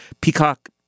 Peacock